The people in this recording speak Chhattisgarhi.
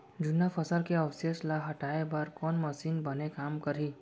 जुन्ना फसल के अवशेष ला हटाए बर कोन मशीन बने काम करही?